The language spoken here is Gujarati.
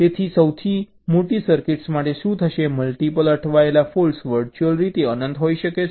તેથી સૌથી મોટી સર્કિટ્સ માટે શું થશે મલ્ટીપલ અટવાયેલા ફોલ્ટ વર્ચ્યુઅલ રીતે અનંત હશે